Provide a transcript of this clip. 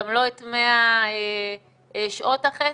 גם לא את 100 שעות החסד,